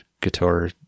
guitar